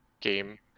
game